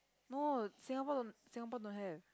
no Singapore Singapore don't have